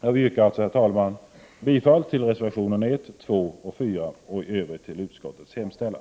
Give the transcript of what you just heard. Jag yrkar alltså, herr talman, bifall till reservationerna 1, 2 och 4 och i övrigt till utskottets hemställan.